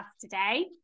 today